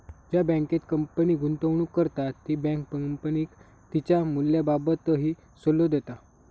ज्या बँकेत कंपनी गुंतवणूक करता ती बँक कंपनीक तिच्या मूल्याबाबतही सल्लो देता